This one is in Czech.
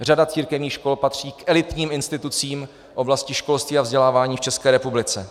Řada církevních škol patří k elitním institucím v oblasti školství a vzdělávání v České republice.